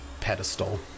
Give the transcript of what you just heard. pedestal